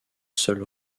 seul